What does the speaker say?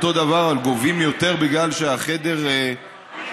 דבר אבל גובים יותר בגלל שהחדר נגיש,